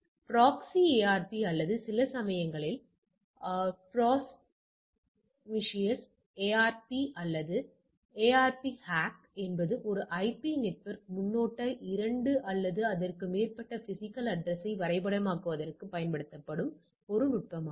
எனவே proxy ARP அல்லது சில சமயங்களில் ப்ரோமிசிஎஸ் ஏஆர்பி அல்லது ஏஆர்பி ஹேக் என்பது ஒரு ஐபி நெட்வொர்க் முன்னொட்டை இரண்டு அல்லது அதற்கு மேற்பட்ட பிசிகல் அட்ரஸ் ஐ வரைபடமாக்குவதற்குப் பயன்படுத்தப்படும் ஒரு நுட்பமாகும்